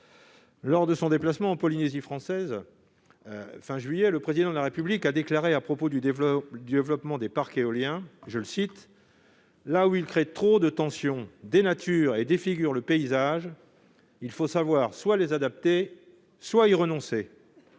Lors de son déplacement en Polynésie française, à la fin du mois de juillet, le Président de la République a déclaré à propos du développement des parcs éoliens :« Là où ils créent trop de tensions, dénaturent et défigurent le paysage, il faut savoir ou les adapter ou y renoncer. »